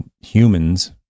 humans